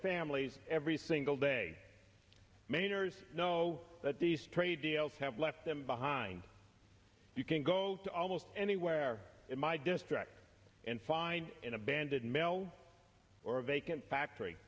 families every single day mainers know that these trade deals have left them behind you can go to almost anywhere in my district and find an abandoned male or vacant factory